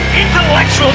Intellectual